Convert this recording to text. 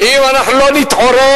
אם אנחנו לא נתעורר,